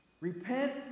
Repent